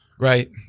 Right